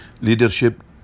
Leadership